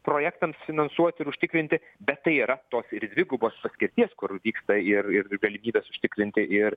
projektams finansuot ir užtikrinti bet tai yra tos ir dvigubos paskirties kur vyksta ir ir galimybės užtikrinti ir